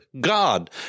God